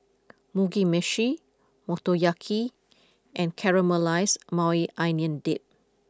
Mugi Meshi Motoyaki and Caramelized Maui Onion Dip